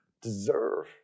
deserve